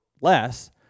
less